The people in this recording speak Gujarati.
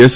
એસ